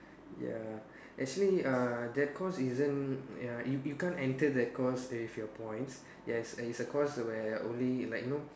ya actually uh that course isn't ya you you can't enter that course with your points yes it's a course where only like you know